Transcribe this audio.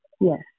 Yes